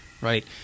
right